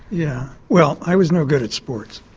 yeah well, i was no good at sports.